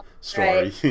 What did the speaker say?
story